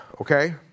okay